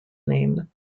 name